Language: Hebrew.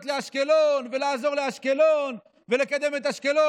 לאשקלון ולעזור לאשקלון ולקדם את אשקלון.